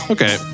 Okay